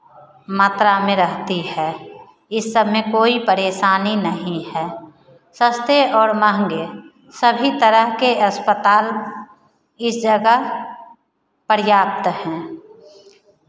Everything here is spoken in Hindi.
मात्रा में रहती है इस सबमें कोई परेशानी नहीं है सस्ते और महंगे सभी तरह के अस्पताल इस जगह पर्याप्त हैं